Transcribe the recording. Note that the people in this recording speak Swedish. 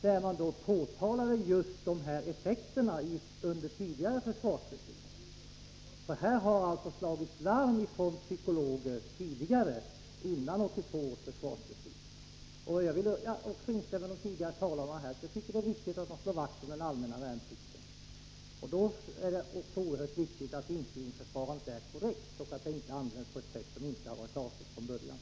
Där påtalade man just dessa effekter av tidigare försvarsbeslut. Här har alltså slagits larm från psykologer tidigare — före 1982 års Nr 41 försvarsbeslut — och jag vill instämma med de föregående talarna. Jag tycker Sad 5 Onsdagen den det är viktigt att man slår vakt om den allmänna värnplikten, och då är det 7 december 1983 också oerhört viktigt att inskrivningsförfarandet är korrekt och inte tillämpas på ett vis som ej varit avsett från början.